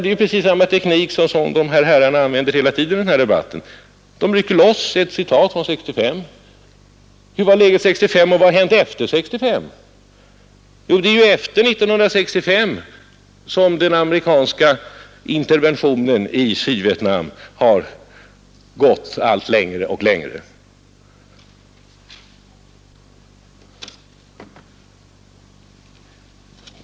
Det är precis samma teknik som dessa herrar använder hela tiden i den här debatten. De rycker loss ett citat av 1965 från sitt sammanhang. Hurdant var läget 1965 och vad har hänt efter 1965? Jo, det är ju efter 1965 som den amerikanska interventionen i Sydvietnam har gått längre och längre.